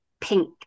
pink